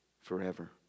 forever